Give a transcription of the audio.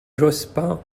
jospin